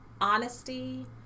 honesty